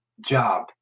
job